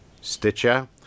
Stitcher